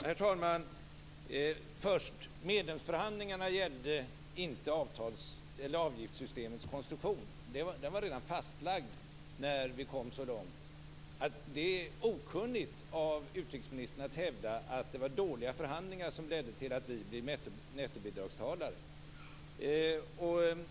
Herr talman! Medlemsförhandlingarna gällde inte avgiftssystemets konstruktion. Det var redan fastlagt när vi kom så långt. Det är okunnigt av utrikesministern att hävda att det var dåliga förhandlingar som ledde till att vi blev nettobidragsgivare.